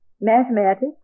mathematics